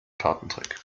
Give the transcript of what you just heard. kartentrick